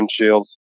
windshields